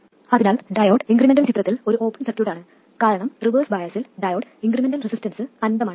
അതിനാൽ diode incremental ചിത്രത്തിൽ ഒരു ഓപ്പൺ സർക്യൂട്ടാണ് കാരണം റിവേഴ്സ് ബയസിൽ ഡയോഡ് ഇൻക്രിമെന്റൽ റെസിസ്റ്റൻസ് അനന്തമാണ്